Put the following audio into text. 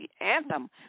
anthem